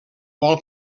vol